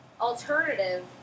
alternative